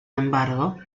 embargo